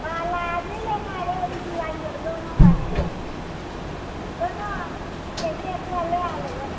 कला भी लेना यऽ उजला भी दोनों लेनाइ अछि जेना एक एकटा लए लेबै